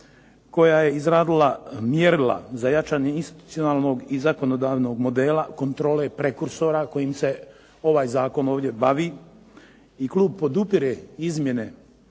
koja je izradila Mjerila za jačanje institucionalnog i zakonodavnog modela kontrole prekursora kojim se ovaj zakon ovdje bavi. I klub podupire izmjene